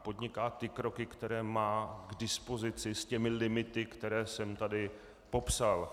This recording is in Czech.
Podniká ty kroky, které má k dispozici, s těmi limity, které jsem tady popsal.